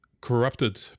corrupted